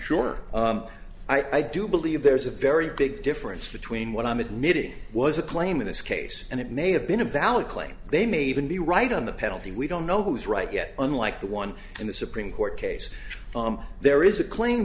sure i do believe there's a very big difference between what i'm admitting was a claim in this case and it may have been a valid claim they may even be right on the penalty we don't know who's right yet unlike the one in the supreme court case there is a claim